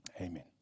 Amen